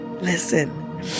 Listen